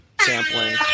sampling